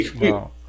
no